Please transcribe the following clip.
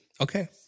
Okay